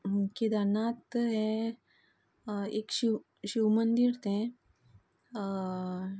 केदारनाथ हें एक शीव शिवमंदीर तें